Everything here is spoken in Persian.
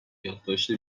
یادداشت